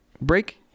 break